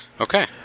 Okay